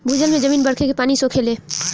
भूजल में जमीन बरखे के पानी सोखेले